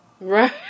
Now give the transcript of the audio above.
Right